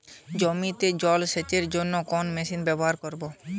জমিতে জল সেচের জন্য কোন মেশিন ব্যবহার করব?